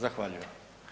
Zahvaljujem.